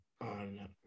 on